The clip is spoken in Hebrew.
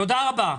תודה רבה.